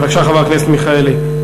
בבקשה, חבר הכנסת מיכאלי.